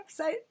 website